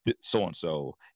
so-and-so